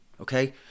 Okay